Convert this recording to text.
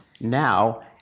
now